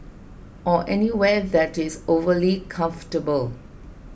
or anywhere that is overly comfortable